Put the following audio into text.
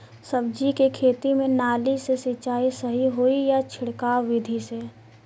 सब्जी के खेती में नाली से सिचाई सही होई या छिड़काव बिधि से?